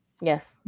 Yes